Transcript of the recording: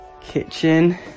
kitchen